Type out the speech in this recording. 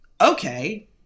Okay